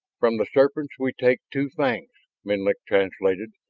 from the serpents we take two fangs, menlik translated.